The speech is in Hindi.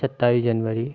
सत्ताईस जनवरी